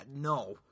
No